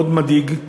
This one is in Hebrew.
מאוד מדאיג.